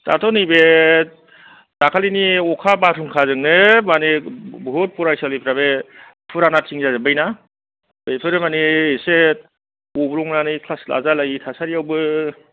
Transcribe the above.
दाथ' नैबे दाखालिनि अखा बारहुंखाजोंनो मानि बहुथ फरायसालिफ्रा बे फुराना थिं जाजोब्बाय ना बेफोरो मानि एसे गब्लंनानै क्लास लाजालायै थासारियावबो